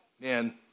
man